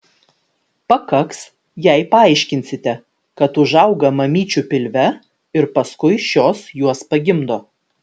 pakaks jei paaiškinsite kad užauga mamyčių pilve ir paskui šios juos pagimdo